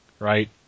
Right